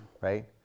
right